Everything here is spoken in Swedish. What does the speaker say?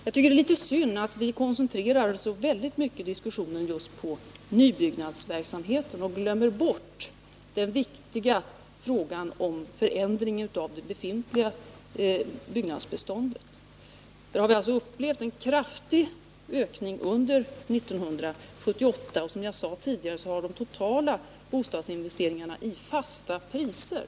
Jag tycker att det är litet synd att diskussionen här koncentreras så mycket just till nybyggnadsverksamheten och att man glömmer bort den viktiga frågan om förändringen av det befintliga byggnadsbeståndet. Vi har, som jag nämnt, fått uppleva en kraftig ökning under 1978 av de totala bostadsinvesteringarna i fasta priser.